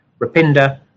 Rapinda